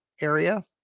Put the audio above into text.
area